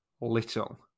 little